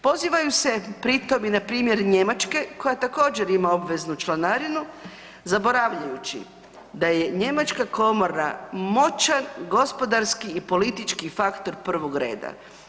Pozivaju se pritom i na primjer Njemačke koja također, ima obveznu članarinu zaboravljajući da je njemačka komora moćan gospodarski i politički faktor prvog reda.